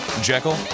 Jekyll